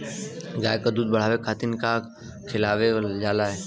गाय क दूध बढ़ावे खातिन का खेलावल जाय?